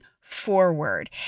forward